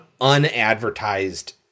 unadvertised